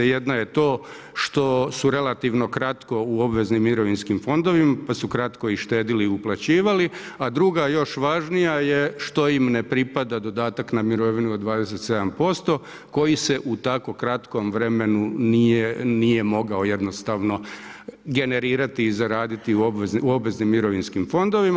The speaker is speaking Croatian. Jedna je to što su relativno kratko u obveznim mirovinskim fondovima pa su kratko i štedili i uplaćivali, a druga još važnije je što im ne pripada dodatak na mirovinu od 27% koji se u tako kratkom vremenu nije mogao jednostavno generirati i zaraditi u obveznim mirovinskim fondovima.